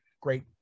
great